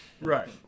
Right